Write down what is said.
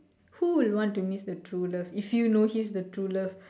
who will want to miss the true love if you know he's the true love